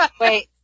Wait